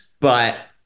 But-